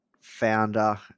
founder